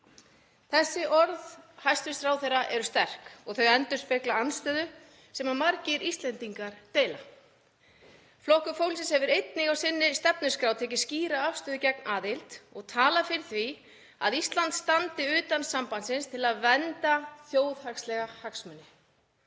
Þessi orð hæstv. ráðherra eru sterk og þau endurspegla andstöðu sem margir Íslendingar deila. Flokkur fólksins hefur einnig á sinni stefnuskrá tekið skýra afstöðu gegn aðild og talar fyrir því að Ísland standi utan sambandsins til að vernda þjóðhagslega hagsmuni.